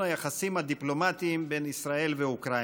היחסים הדיפלומטיים בין ישראל לאוקראינה.